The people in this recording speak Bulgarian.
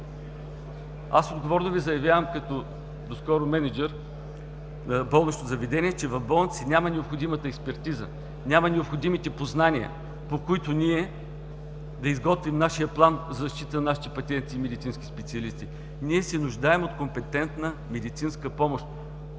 Аз отговорно Ви заявявам, като доскоро мениджър на болнично заведение, че в болниците няма необходимата експертиза, няма необходимите познания, по които ние да изготвим нашия план в защита на нашите пациенти и медицински специалисти. Ние се нуждаем от компетентна медицинска помощ.